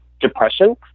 depression